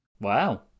Wow